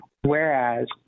Whereas